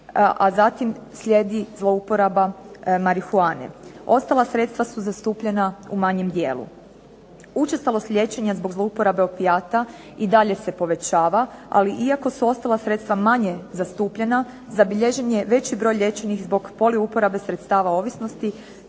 a zatim slijedi zlouporaba marihuane. Ostala sredstva su zastupljena u manjem dijelu. Učestalost liječenja zbog zlouporabe opijata i dalje se povećava, ali iako su ostala sredstva manje zastupljena zabilježen je veći broj liječenih zbog poli uporabe sredstava ovisnosti,